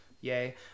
yay